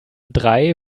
drei